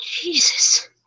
jesus